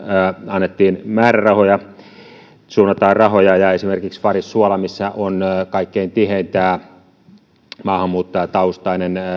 annettiin määrärahoja siihen suunnataan rahoja esimerkiksi varissuolla missä on kaikkein tihein maahanmuuttajataustainen